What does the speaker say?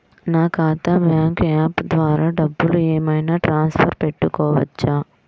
నా ఖాతా bank app ద్వారా డబ్బులు ఏమైనా ట్రాన్స్ఫర్ పెట్టుకోవచ్చా?